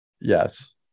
Yes